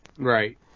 Right